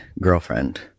girlfriend